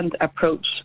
approach